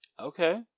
Okay